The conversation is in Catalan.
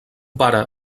pare